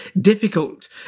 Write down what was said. difficult